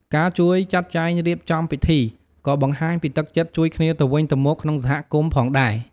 ការជួយចាត់ចែងរៀបចំពិធី ក៏បង្ហាញពីទឹកចិត្តជួយគ្នាទៅវិញទៅមកក្នុងសហគមន៍ផងដែរ។